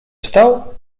wstał